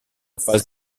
phase